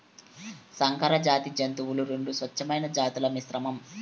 సంకరజాతి జంతువులు రెండు స్వచ్ఛమైన జాతుల మిశ్రమం